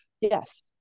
yes